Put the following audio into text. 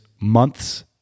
months